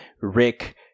Rick